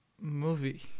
movie